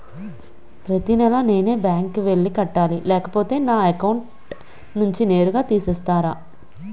ప్రతి నెల నేనే బ్యాంక్ కి వెళ్లి కట్టాలి లేకపోతే నా అకౌంట్ నుంచి నేరుగా తీసేస్తర?